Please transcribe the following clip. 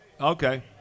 Okay